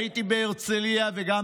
הייתי בהרצליה וגם